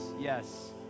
Yes